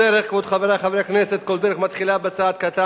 חברי חברי הכנסת, כל דרך מתחילה בצעד אחד קטן,